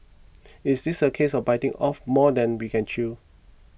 is this a case of biting off more than we can chew